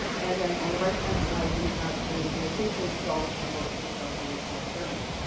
and then on the right-hand side we have a homo sapiens skull from about twenty thousand years ago in germany.